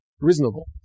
reasonable